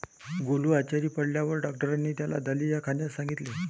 गोलू आजारी पडल्यावर डॉक्टरांनी त्याला दलिया खाण्यास सांगितले